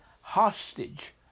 hostage